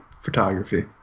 photography